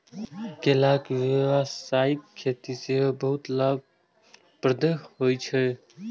केलाक व्यावसायिक खेती सेहो बहुत लाभप्रद होइ छै